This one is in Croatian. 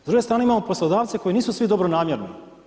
S druge strane imamo poslodavce koji nisu svi dobronamjerni.